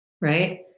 right